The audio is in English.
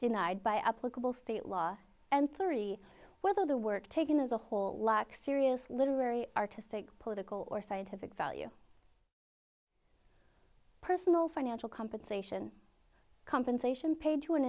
denied by applicable state law and three whether the work taken as a whole lacks serious literary artistic political or scientific value personal financial compensation compensation pa